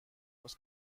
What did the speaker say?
was